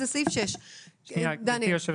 זה גם כתוב בסעיף 6. גברתי היושבת-ראש,